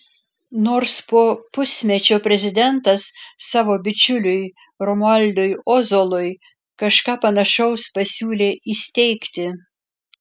nors po pusmečio prezidentas savo bičiuliui romualdui ozolui kažką panašaus pasiūlė įsteigti